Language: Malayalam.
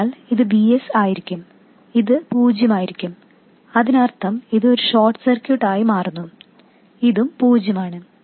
അതിനാൽ ഇത് Vs ആയിരിക്കും ഇത് പൂജ്യമായിരിക്കും അതിനർത്ഥം ഇത് ഒരു ഷോർട്ട് സർക്യൂട്ട് ആയി മാറുന്നു ഇതും പൂജ്യമാണ്